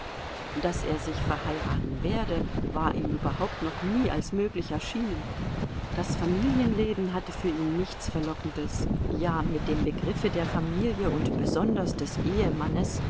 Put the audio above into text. daß er sich verheiraten werde war ihm überhaupt noch nie als möglich erschienen das familienleben hatte für ihn nichts verlockendes ja mit dem begriffe der familie und besonders des ehemannes